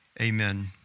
Amen